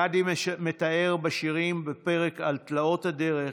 גדי מתאר בשירים, בפרק על תלאות הדרך,